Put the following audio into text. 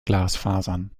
glasfasern